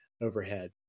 overhead